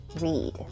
read